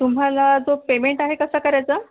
तुम्हाला तो पेमेंट आहे कसा करायचा